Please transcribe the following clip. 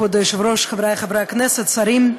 כבוד היושב-ראש, חברי חברי הכנסת, שרים,